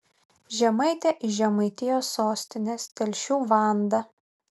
žemaitė iš žemaitijos sostinės telšių vanda